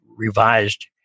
revised